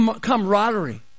camaraderie